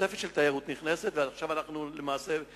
של תיירות נכנסת, ועכשיו אנחנו ברגרסיה.